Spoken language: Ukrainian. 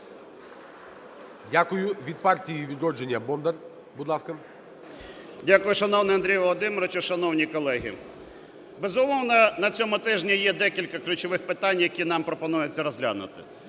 Дякую. Від "Партії "Відродження" Бондар, будь ласка. 10:15:22 БОНДАР В.В. Дякую. Шановний Андрій Володимирович! Шановні колеги! Безумовно, на цьому тижні є декілька ключових питань, які нам пропонується розглянути.